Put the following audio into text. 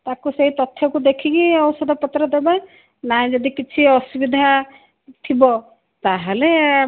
ତାକୁ ସେ ତଥ୍ୟକୁ ଦେଖିକି ଔଷଧପତ୍ର ଦେବା ନାହିଁ ଯଦି କିଛି ଅସୁବିଧା ଥିବ ତା'ହେଲେ